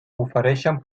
ofereixen